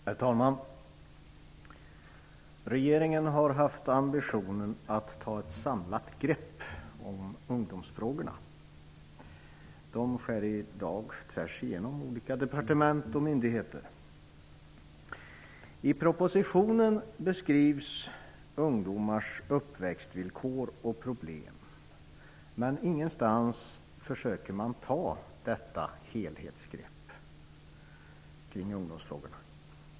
Herr talman! Regeringen har haft ambitionen att ta ett samlat grepp om ungdomsfrågorna. De skär i dag tvärsigenom olika departement och myndigheter. I propositionen beskrivs ungdomars uppväxtvillkor och problem, men ingenstans försöker man ta detta helhetsgrepp kring ungdomsfrågorna.